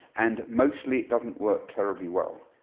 and mostly it doesn't work terribly well.